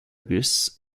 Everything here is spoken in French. russe